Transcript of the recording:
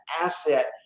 asset